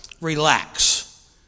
relax